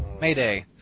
Mayday